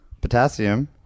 Potassium